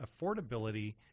affordability